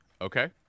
Okay